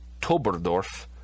Toberdorf